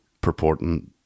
purporting